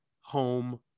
home